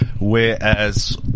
whereas